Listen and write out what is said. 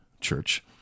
church